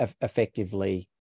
effectively